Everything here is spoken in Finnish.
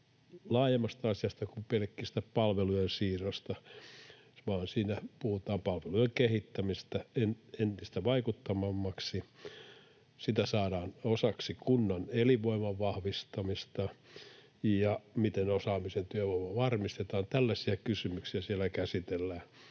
laajemmasta asiasta kuin pelkästä palvelujen siirrosta, vaan siinä puhutaan palvelujen kehittämisestä entistä vaikuttavammiksi. Se saadaan osaksi kunnan elinvoiman vahvistamista, ja miten osaamisen työvoima varmistetaan, tällaisia kysymyksiä siellä käsitellään,